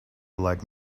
like